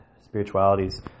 spiritualities